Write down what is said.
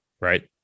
right